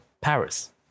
paris